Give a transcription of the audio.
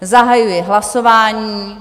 Zahajuji hlasování.